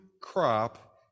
Crop